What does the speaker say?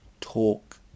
talk